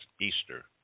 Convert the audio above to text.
Easter